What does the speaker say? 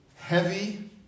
heavy